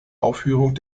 aufführung